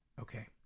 Okay